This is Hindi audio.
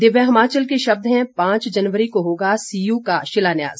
दिव्य हिमाचल के शब्द हैं पांच जनवरी को होगा सीयू का शिलान्यास